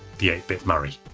the eight bit murray.